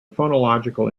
phonological